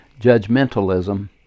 judgmentalism